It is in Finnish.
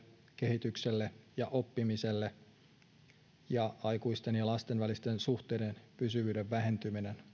kehitykselle ja oppimiselle aikuisten ja lasten välisten suhteiden pysyvyyden vähentyminen